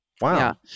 Wow